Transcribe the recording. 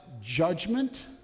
judgment